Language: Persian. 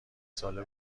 ساله